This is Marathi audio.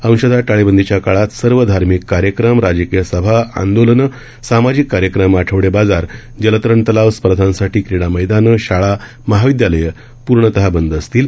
अंशतः टाळेबंदीच्या काळात सर्व धार्मिक कार्यक्रम राजकीय सभा आंदोलन सामाजिक कार्यक्रम आठवडी बाजार जलतरण तलाव स्पर्धांसाठी क्रीडा मैदानं शाळा महाविदयालयं पूर्णतः बंद असतील